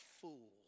fool